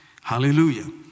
Hallelujah